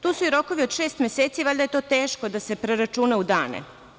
Tu su i rokovi od šest meseci, valjda je to teško da se preračuna u dane.